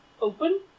open